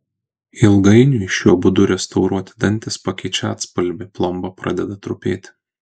ilgainiui šiuo būdu restauruoti dantys pakeičia atspalvį plomba pradeda trupėti